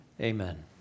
Amen